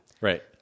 Right